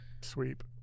Sweep